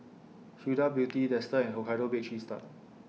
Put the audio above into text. Huda Beauty Dester and Hokkaido Baked Cheese Tart